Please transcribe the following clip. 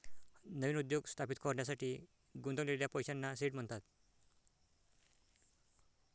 नवीन उद्योग स्थापित करण्यासाठी गुंतवलेल्या पैशांना सीड म्हणतात